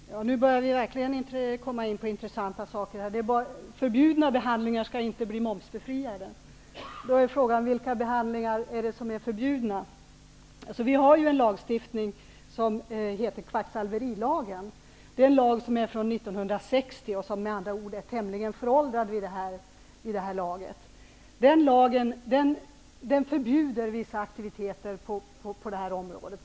Herr talman! Nu börjar vi verkligen att komma in på intressanta saker. Förbjudna behandlingar skall inte bli momsbefriade. Vilka behandlingar är det då som är förbjudna? Det finns ju kvacksalverilagen från 1960, som med andra ord är tämligen föråldrad vid det här laget. I kvacksalverilagen förbjuds vissa aktiviteter på detta område.